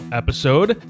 episode